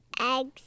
Eggs